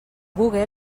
google